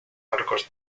arcos